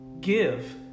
give